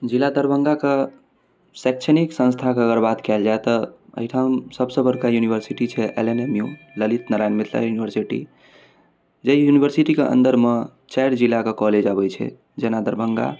जिला दरभङ्गाके शैक्षणिक संस्थाके अगर बात कएल जाए तऽ एहिठाम सबसँ बड़का यूनिवर्सिटी छै L N M U Lalit Narayan Mithila university जे ई यूनिवर्सिटीके अन्दरमे चारि जिलाके कॉलेज अबै छै जेना दरभङ्गा